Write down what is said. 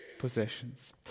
possessions